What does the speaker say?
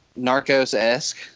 Narcos-esque